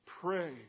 Pray